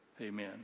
amen